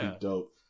dope